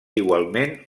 igualment